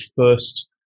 first